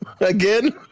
again